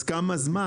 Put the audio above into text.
אז כמה זמן?